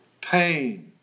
pain